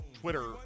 Twitter